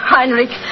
Heinrich